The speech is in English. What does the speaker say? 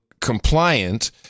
compliant